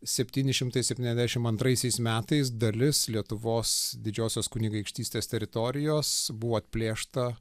septyni šimtai septyniasdešimt antraisiais metais dalis lietuvos didžiosios kunigaikštystės teritorijos buvo atplėšta